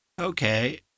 Okay